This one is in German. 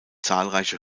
zahlreiche